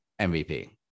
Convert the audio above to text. MVP